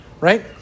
right